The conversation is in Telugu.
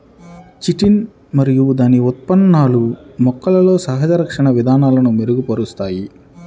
చిటిన్ మరియు దాని ఉత్పన్నాలు మొక్కలలో సహజ రక్షణ విధానాలను మెరుగుపరుస్తాయి